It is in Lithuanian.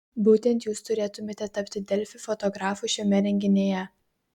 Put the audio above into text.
būtent jūs turėtumėte tapti delfi fotografu šiame renginyje